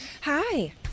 Hi